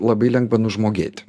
labai lengva nužmogėti